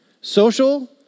social